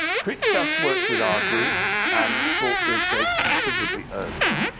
kritzas worked with our group and brought the date considerably earlier.